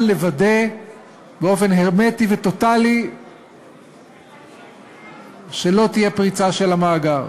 לוודא באופן הרמטי וטוטלי שלא תהיה פריצה של המאגר.